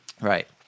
Right